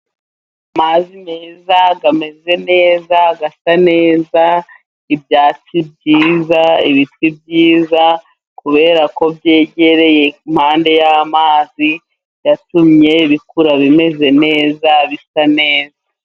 Amazi meza, ameze neza, asa neza, ibyatsi byiza, ibiti byiza, kubera ko byegereye impande y'amazi yatumye bikura bimeze neza, bisa neza.